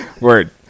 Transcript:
word